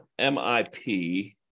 MIP